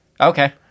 Okay